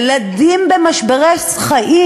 ילדים במשברי חיים,